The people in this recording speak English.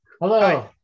Hello